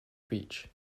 beach